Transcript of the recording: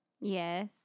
yes